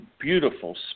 beautiful